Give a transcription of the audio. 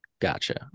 Gotcha